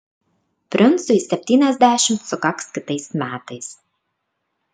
princui septyniasdešimt sukaks kitais metais